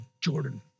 Jordan